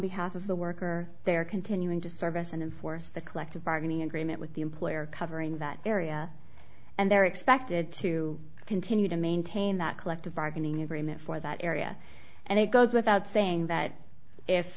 behalf of the worker they are continuing to service and enforce the collective bargaining agreement with the employer covering that area and they're expected to continue to maintain that collective bargaining agreement for that area and it goes without saying that if